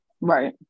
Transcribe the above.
Right